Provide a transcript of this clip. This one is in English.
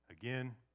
Again